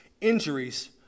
injuries